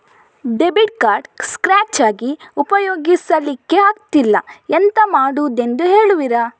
Debit card scratch ಆಗಿ ಉಪಯೋಗಿಸಲ್ಲಿಕ್ಕೆ ಆಗ್ತಿಲ್ಲ, ಎಂತ ಮಾಡುದೆಂದು ಹೇಳುವಿರಾ?